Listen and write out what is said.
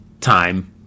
time